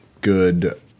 good